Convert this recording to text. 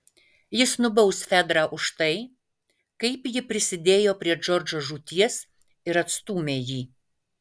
jis nubaus fedrą už tai kaip ji prisidėjo prie džordžo žūties ir atstūmė jį